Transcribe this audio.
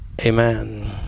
Amen